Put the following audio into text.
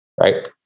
Right